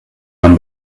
man